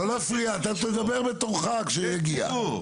לא להפריע, אתה תדבר בתורך כשיגיע.